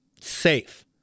safe